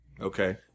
Okay